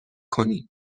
کنین